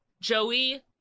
Joey